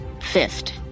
fist